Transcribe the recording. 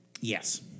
Yes